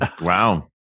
wow